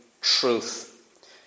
truth